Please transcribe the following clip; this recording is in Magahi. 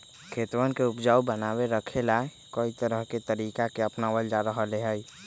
खेतवन के उपजाऊपन बनाए रखे ला, कई तरह के तरीका के अपनावल जा रहले है